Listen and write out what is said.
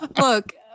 Look